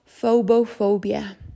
phobophobia